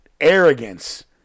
arrogance